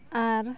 ᱟᱨ